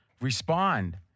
respond